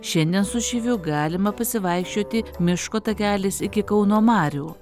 šiandien su šyviu galima pasivaikščioti miško takeliais iki kauno marių